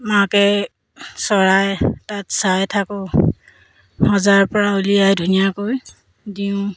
মাকে চৰায় তাত চাই থাকোঁ সজাৰপৰা উলিয়াই ধুনীয়াকৈ দিওঁ